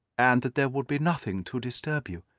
and that there would be nothing to disturb you.